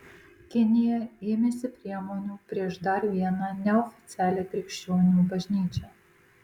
kinija ėmėsi priemonių prieš dar vieną neoficialią krikščionių bažnyčią